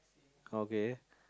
okay